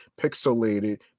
pixelated